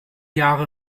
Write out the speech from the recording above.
jahre